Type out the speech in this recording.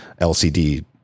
LCD